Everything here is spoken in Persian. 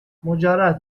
مجرد